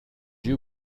you